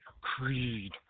creed